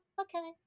okay